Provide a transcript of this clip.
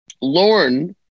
Lauren